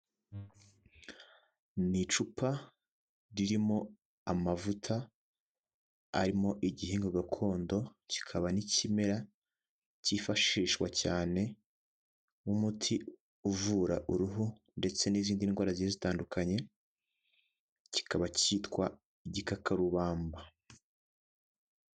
Ni icupa ririmo amavuta arimo igihingwa gakondo kikaba n'ikimera kifashishwa cyane nk'umuti uvura uruhu ndetse n'izindi ndwara zigiye zitandukanye kikaba kitwa igikakarubamba.